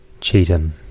Cheatham